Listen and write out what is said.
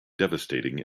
devastating